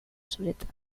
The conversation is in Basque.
zuretzat